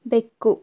ಬೆಕ್ಕು